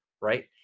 right